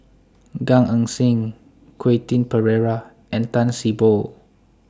Gan Eng Seng Quentin Pereira and Tan See Boo